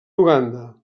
uganda